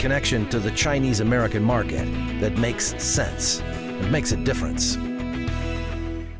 connection to the chinese american market that makes makes a difference in